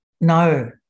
No